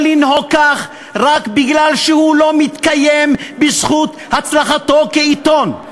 יכול לנהוג כך רק משום שהוא לא מתקיים בזכות הצלחתו כעיתון,